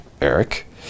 Eric